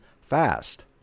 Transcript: fast